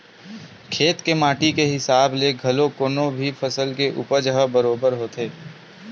खेत के माटी के हिसाब ले घलो कोनो भी फसल के उपज ह बरोबर होथे